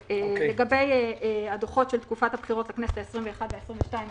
לגבי הדוחות של תקופת הבחירות לכנסת ה-21 וה-22,